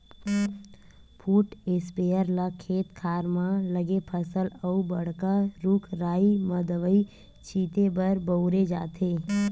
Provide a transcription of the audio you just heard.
foot sprayer ल खेत खार म लगे फसल अउ बड़का रूख राई म दवई छिते बर बउरे जाथे